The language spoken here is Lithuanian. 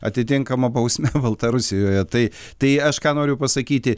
atitinkama bausme baltarusijoje tai tai aš ką noriu pasakyti